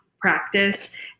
practice